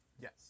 Yes